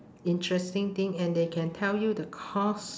interesting thing and they can tell you the cost